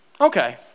okay